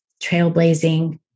trailblazing